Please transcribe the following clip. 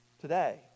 today